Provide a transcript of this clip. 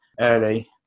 early